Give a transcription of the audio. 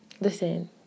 Listen